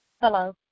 Hello